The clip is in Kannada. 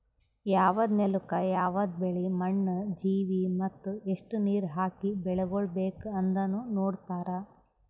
ಯವದ್ ನೆಲುಕ್ ಯವದ್ ಬೆಳಿ, ಮಣ್ಣ, ಜೀವಿ ಮತ್ತ ಎಸ್ಟು ನೀರ ಹಾಕಿ ಬೆಳಿಗೊಳ್ ಬೇಕ್ ಅಂದನು ನೋಡತಾರ್